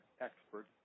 expert